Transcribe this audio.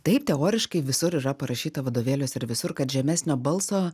taip teoriškai visur yra parašyta vadovėliuose ir visur kad žemesnio balso